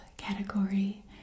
category